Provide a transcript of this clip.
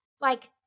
like-